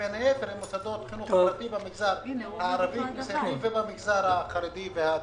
שבין היתר הם מוסדות חינוך פרטי במגזר הערבי ובמגזר החרדי והדתי.